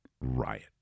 riot